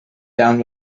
down